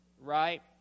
Right